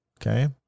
Okay